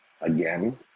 again